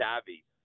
savvy